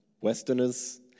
westerners